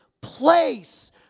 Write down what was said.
place